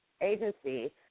agency